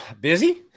Busy